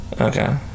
Okay